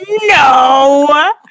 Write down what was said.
no